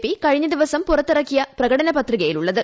P കഴിഞ്ഞ ദിവസം പുറത്തിറക്കിയ പ്രകടപത്രികയിലുള്ളത്